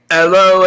Hello